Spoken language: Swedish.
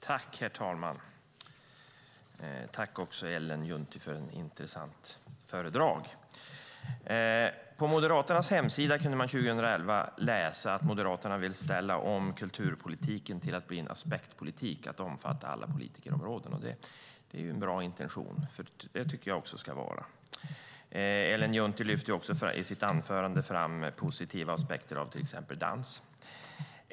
Herr talman! Tack, Ellen Juntti, för ett intressant föredrag. På Moderaternas hemsida kunde man 2011 läsa att Moderaterna vill ställa om kulturpolitiken till att bli en aspektpolitik som ska omfatta alla politikområden. Det är en bra intention. Jag tycker också att det ska vara så. Ellen Juntti lyfte också i sitt anförande fram positiva aspekter av till exempel dans.